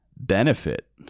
benefit